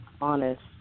honest